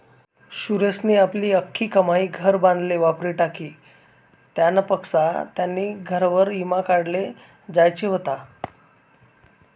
सुरेशनी आपली आख्खी कमाई घर बांधाले वापरी टाकी, त्यानापक्सा त्यानी घरवर ईमा काढाले जोयजे व्हता